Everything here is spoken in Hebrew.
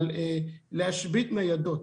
אבל קיבלנו דרישה להשבית ניידות